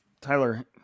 Tyler